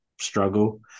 struggle